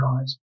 guys